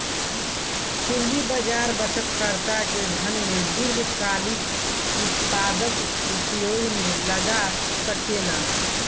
पूंजी बाजार बचतकर्ता के धन के दीर्घकालिक उत्पादक उपयोग में लगा सकेलन